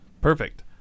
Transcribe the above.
Perfect